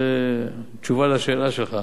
זאת תשובה על השאלה שלך.